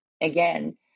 again